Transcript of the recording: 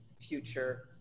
future